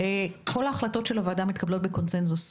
כל ההחלטות של הוועדה מתקבלות בקונצנזוס.